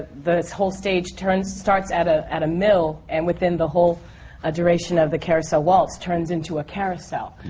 the whole stage turns, starts at ah at a mill, and within the whole ah duration of the carousel waltz, turns into a carousel.